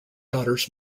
daughters